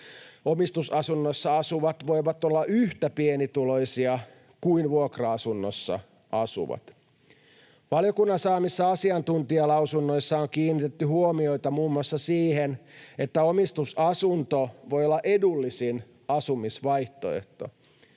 omistusasunnoissa asuvat voivat olla yhtä pienituloisia kuin vuokra-asunnossa asuvat. Valiokunnan saamissa asiantuntijalausunnoissa on kiinnitetty huomiota muun muassa siihen, että omistusasunto voi olla edullisin asumisvaihtoehto.